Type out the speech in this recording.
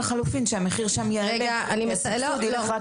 תקציב.